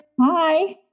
Hi